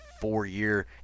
four-year